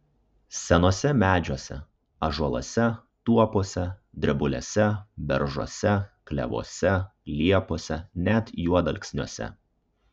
senuose medžiuose ąžuoluose tuopose drebulėse beržuose klevuose liepose net juodalksniuose